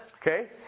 Okay